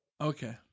Okay